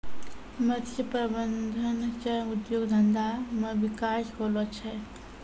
मत्स्य प्रबंधन सह उद्योग धंधा मे बिकास होलो छै